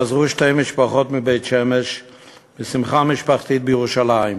חזרו שתי משפחות מבית-שמש משמחה משפחתית בירושלים.